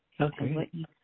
Okay